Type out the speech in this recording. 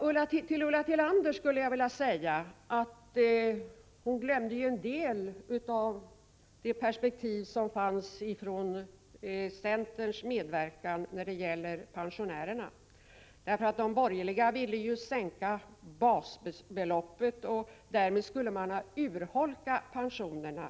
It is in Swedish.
Ulla Tillander glömde i sitt perspektiv en del som centern velat medverka till när det gäller pensionärernas levnadsförhållanden. De borgerliga ville ju sänka basbeloppet. Därmed skulle man kraftigt ha urholkat pensionerna.